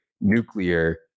nuclear